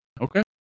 Okay